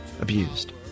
abused